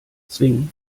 swing